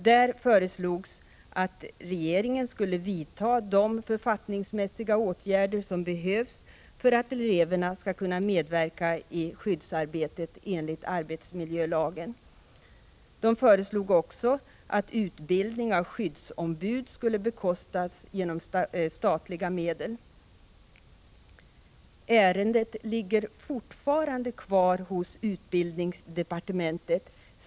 Där föreslogs att regeringen skulle vidta de författningsmässiga åtgärder som behövs för att eleverna skall kunna medverka i skyddsarbetet enligt arbetsmiljölagen. Det föreslogs också att utbildningen av skyddsombud skulle bekostas genom statliga medel. Ärendet ligger fortfarande kvar hos utbildningsdepartementet.